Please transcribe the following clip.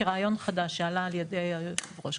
כרעיון חדש שעלה על ידי יושב הראש,